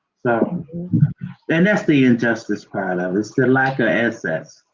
so and that's the injustice part of it, it's the lack of assets.